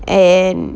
and